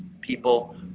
people